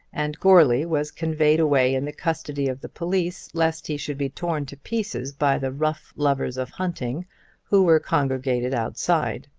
and goarly was conveyed away in the custody of the police lest he should be torn to pieces by the rough lovers of hunting who were congregated outside.